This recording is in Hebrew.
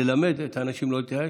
ללמד את האנשים לא להתייאש.